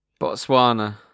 Botswana